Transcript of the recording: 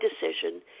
decision